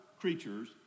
creatures